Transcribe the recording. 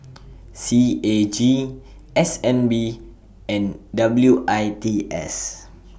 C A G S N B and W I T S